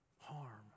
harm